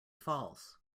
false